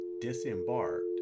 disembarked